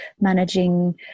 managing